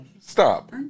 stop